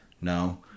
No